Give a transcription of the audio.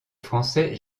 français